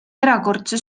erakordse